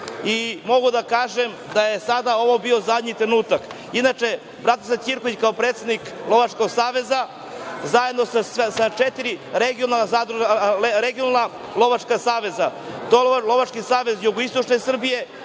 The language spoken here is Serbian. i mogu da kažem da je sada ovo bio zadnji trenutak. Inače, Bratislav Ćirković, kao predsednik Lovačkog saveza Srbije, zajedno sa četiri regionalna lovačka saveza, to je Lovački savez jugoistočne Srbije,